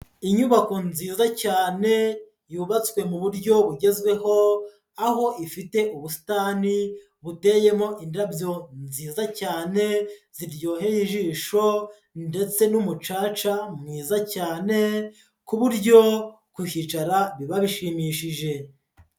Inyubako nziza cyane, yubatswe mu buryo bugezweho, aho ifite ubusitani buteyemo indabyo nziza cyane, ziryoheye ijisho ndetse n'umucaca mwiza cyane ku buryo kuhicara biba bishimishije.